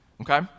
okay